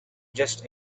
just